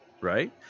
right